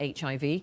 HIV